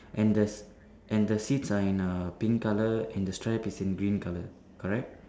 and the s~ and the seats are in uh pink colour and the strap is in green colour correct